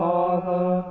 Father